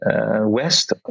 West